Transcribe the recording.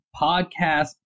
podcast